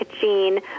gene